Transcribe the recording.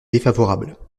défavorable